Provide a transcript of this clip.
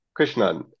Krishnan